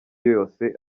yose